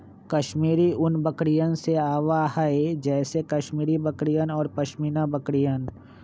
कश्मीरी ऊन बकरियन से आवा हई जैसे कश्मीरी बकरियन और पश्मीना बकरियन